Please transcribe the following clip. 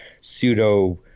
pseudo-